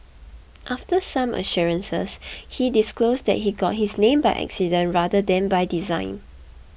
after some assurances he disclosed that he got his name by accident rather than by design